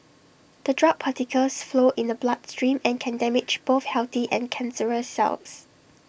the drug particles flow in the bloodstream and can damage both healthy and cancerous cells